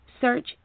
Search